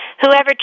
Whoever